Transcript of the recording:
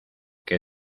que